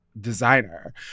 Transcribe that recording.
designer